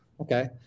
Okay